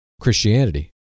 Christianity